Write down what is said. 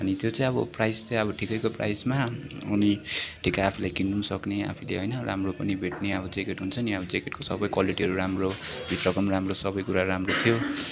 अनि त्यो चाहिँ अब प्राइस चाहिँ अब ठिकैको प्राइसमा अनि ठिक्क आफूले किन्नु पनि सक्ने आफैले होइन राम्रो पनि भेट्ने अब ज्याकेट हुन्छ नि अब ज्याकेटको सबै क्वालिटीहरू राम्रो भित्रको पनि राम्रो सबै कुरा राम्रो थियो